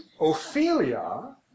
Ophelia